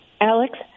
Alex